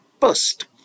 first